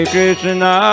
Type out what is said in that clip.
Krishna